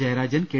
Jayarajan K